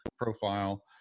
profile